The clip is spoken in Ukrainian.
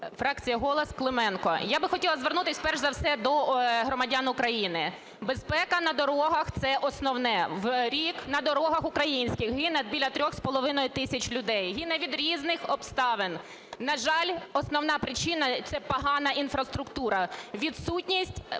Фракція "Голос", Клименко. Я би хотіла звернутись перш за все до громадян України. Безпека на дорогах – це основне. В рік на дорогах українських гине біля 3,5 тисяч людей, гине від різних обставин. На жаль, основна причина – це погана інфраструктура, відсутність